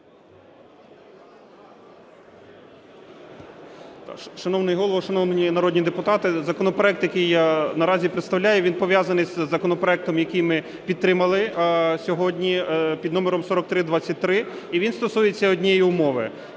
Шановний Голово, шановні народні депутати! Законопроект, який я наразі представляю, він пов'язаний із законопроектом, який ми підтримали сьогодні під номером 4323 і він стосується однієї умови.